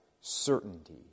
certainty